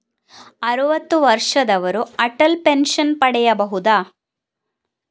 ಅರುವತ್ತು ವರ್ಷದವರು ಅಟಲ್ ಪೆನ್ಷನ್ ಪಡೆಯಬಹುದ?